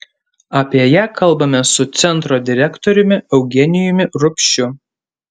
apie ją kalbamės su centro direktoriumi eugenijumi rupšiu